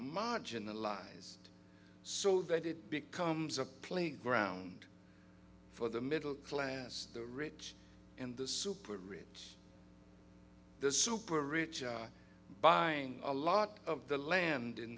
marginalized so that it becomes a playground for the middle class the rich and the super rich the super rich are buying a lot of the land in